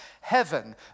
heaven